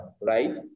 right